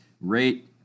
rate